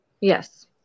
Yes